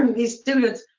and these students,